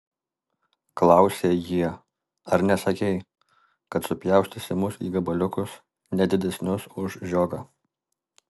klausė jie ar nesakei kad supjaustysi mus į gabaliukus ne didesnius už žiogą